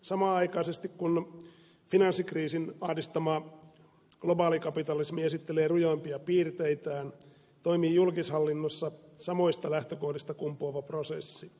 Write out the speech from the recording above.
samanaikaisesti kun finanssikriisin ahdistama globaalikapitalismi esittelee rujoimpia piirteitään toimii julkishallinnossa samoista lähtökohdista kumpuava prosessi